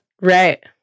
Right